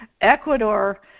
Ecuador